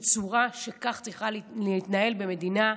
בצורה שכך צריכה להתנהל המדינה.